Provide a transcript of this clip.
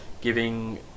giving